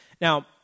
Now